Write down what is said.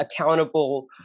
accountable